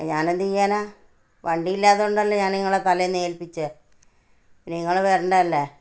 അ ഞാനെന്ത് ചെയ്യാനാ വണ്ടിയില്ലാത്തത് കൊണ്ടല്ലേ ഞാന് നിങ്ങളെ തലേന്നേൽപ്പിച്ചത് നിങ്ങൾ വരേണ്ടതല്ലേ